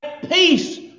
peace